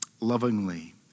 lovingly